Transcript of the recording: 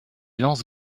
lance